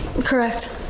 Correct